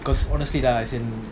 'cause honestly lah as in